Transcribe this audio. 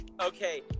Okay